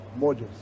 modules